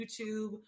YouTube